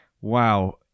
Wow